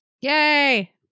yay